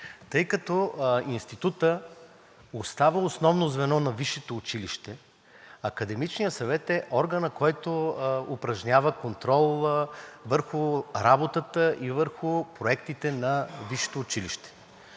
Тъй като институтът остава основно звено на висшето училище, академичният съвет е органът, който упражнява контрола върху работата и върху проектите на висшето училище.